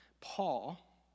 Paul